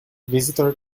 visitor